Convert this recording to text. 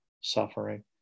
suffering